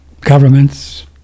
governments